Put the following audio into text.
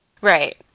Right